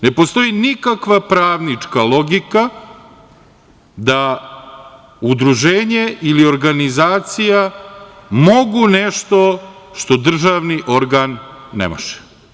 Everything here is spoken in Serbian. Ne postoji nikakva pravnička logika da udruženje ili organizacija mogu nešto što državni organ ne može.